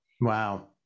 Wow